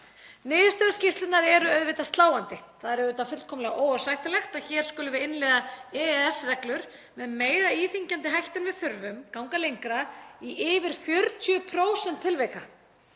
Niðurstöður skýrslunnar eru auðvitað sláandi. Það er fullkomlega óásættanlegt að hér skulum við innleiða EES-reglur með meira íþyngjandi hætti en við þurfum, ganga lengra í yfir 40% tilvika.